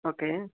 okay